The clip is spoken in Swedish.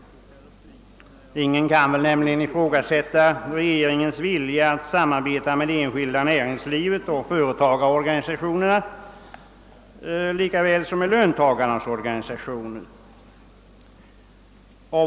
Ingen kan nämligen ifrågasätta regeringens vilja att samarbeta med det enskilda näringslivet och företagarorganisationerna lika väl som med löntagarnas organisationer.